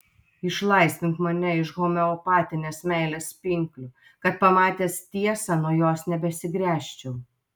išlaisvink mane iš homeopatinės meilės pinklių kad pamatęs tiesą nuo jos nebesigręžčiau